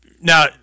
Now